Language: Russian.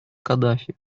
каддафи